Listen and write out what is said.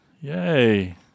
Yay